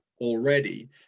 already